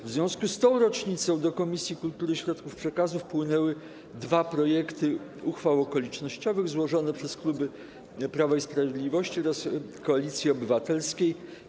W związku z tą rocznicą do Komisji Kultury i Środków Przekazu wpłynęły dwa projekty uchwał okolicznościowych złożone przez kluby Prawa i Sprawiedliwości oraz Koalicji Obywatelskiej.